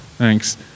Thanks